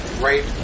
right